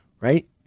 right